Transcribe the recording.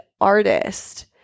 artist